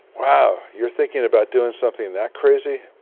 wow, you are thinking about doing something that crazy?